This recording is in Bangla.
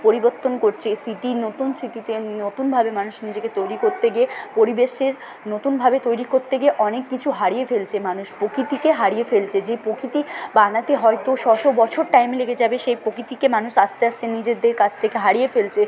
পরিবত্তন করছে সিটি নতুন সিটিতে নতুনভাবে মানুষ নিজেকে তৈরি করতে গিয়ে পরিবেশের নতুনভাবে তৈরি করতে গিয়ে অনেক কিছু হারিয়ে ফেলছে মানুষ প্রকৃতিকে হারিয়ে ফেলছে যে প্রকৃতি বানাতে হয়তো শো শো বছর টাইম লেগে যাবে সেই প্রকৃতিকে মানুষ আস্তে আস্তে নিজেদের কাছ থেকে হারিয়ে ফেলছে